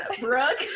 Brooke